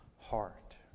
heart